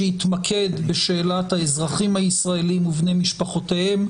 שיתמקד בשאלת האזרחים הישראלים ובני משפחותיהם,